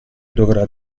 dovrà